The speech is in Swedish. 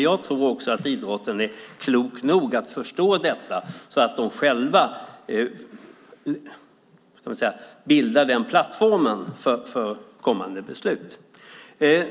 Jag tror att idrottsrörelsen är klok nog att förstå detta och själv bildar den plattformen för kommande beslut.